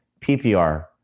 PPR